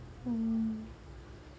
mm